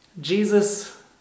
Jesus